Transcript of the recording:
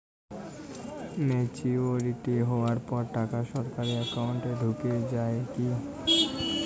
Maturity হওয়ার পর টাকা সরাসরি একাউন্ট এ ঢুকে য়ায় কি?